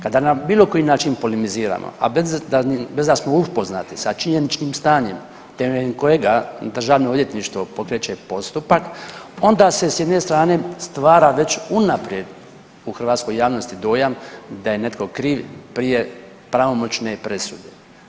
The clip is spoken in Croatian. Kada na bilo koji način polemiziramo, a bez da, bez da smo upoznati sa činjeničnim stanjem temeljem kojega državno odvjetništvo pokreće postupak onda se s jedne strane stvara već unaprijed u hrvatskoj javnosti dojam da je netko kriv prije pravomoćne presude.